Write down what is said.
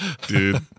Dude